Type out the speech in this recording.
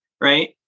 right